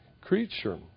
creature